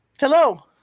hello